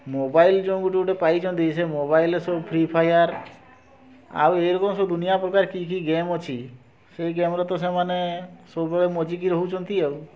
mobile ଯେଉଁ ଗୋଟିଏ ଗୋଟିଏ ପାଇଛନ୍ତି ସେଇ ମୋବାଇଲ୍ରେ ସବୁ ଫ୍ରୀ ଫାୟାର୍ ଆଉ ଏଇ ରକମ୍ ସବୁ ଦୁନିଆ ପ୍ରକାର କି କି ଗେମ୍ ଅଛି ସେଇ ଗେମ୍ରେ ତ ସେମାନେ ସବୁବେଳେ ମଜ୍ଜିକି ରହୁଛନ୍ତି ଆଉ